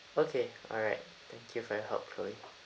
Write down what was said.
okay alright thank you for your help chloe